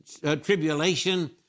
tribulation